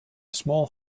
small